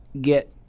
get